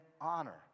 honor